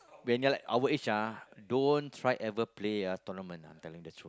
when you're like our age ah don't try ever play ah tournament ah I'm telling the truth